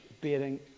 bearing